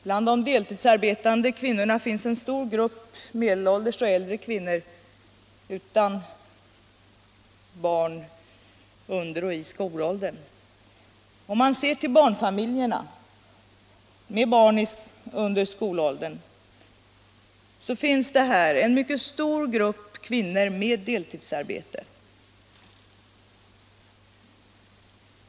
Bland de deltidsarbetande kvinnorna finns en stor grupp medelålders och äldre kvinnor utan barn under eller i skolåldern. Om man ser på familjer med barn under skolåldern konstaterar med att där finns en mycket stor grupp kvinnor med deltidsarbete.